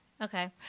Okay